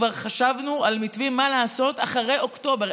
כבר חשבנו על מתווים מה לעשות אחרי אוקטובר,